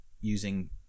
using